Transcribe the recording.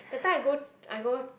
that time I go I go